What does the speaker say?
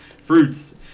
Fruits